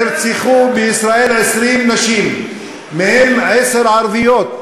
נרצחו בישראל 20 נשים, עשר מהן ערביות,